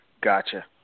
Gotcha